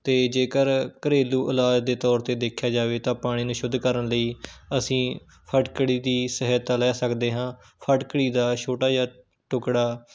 ਅਤੇ ਜੇਕਰ ਘਰੇਲੂ ਇਲਾਜ ਦੇ ਤੌਰ 'ਤੇ ਦੇਖਿਆ ਜਾਵੇ ਤਾਂ ਪਾਣੀ ਨੂੰ ਸ਼ੁੱਧ ਕਰਨ ਲਈ ਅਸੀਂ ਫਟਕੜੀ ਦੀ ਸਹਾਇਤਾ ਲੈ ਸਕਦੇ ਹਾਂ ਫਟਕੜੀ ਦਾ ਛੋਟਾ ਜਿਹਾ ਟੁੱਕੜਾ